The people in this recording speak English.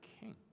king